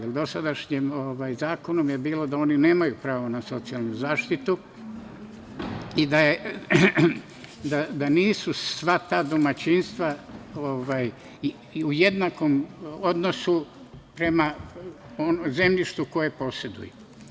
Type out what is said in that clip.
Jer dosadašnjim zakonom je bilo da oni nemaju pravo na socijalnu zaštitu i da nisu sva ta domaćinstva i u jednakom odnosu prema zemljištu koje poseduju.